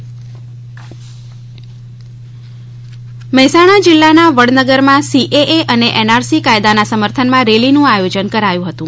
નાગરિકતા મહેસાણા જિલ્લાના વડનગરમાં સીએએ અને એનઆરસી કાયદાના સમર્થનમાં રેલીનુ આયોજન કરાયુ હતુ